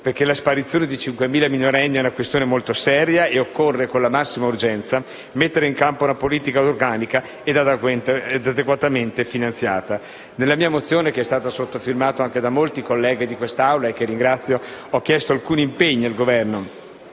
perché la sparizione di 5.000 minorenni è una questione molto seria e occorre, con la massima urgenza, mettere in campo una politica organica ed adeguatamente finanziata. Nella mia mozione, che è stata sottoscritta anche da molti colleghi che ringrazio, ho chiesto alcuni impegni al Governo